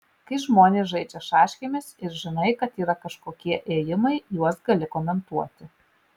kai žmonės žaidžia šaškėmis ir žinai kad yra kažkokie ėjimai juos gali komentuoti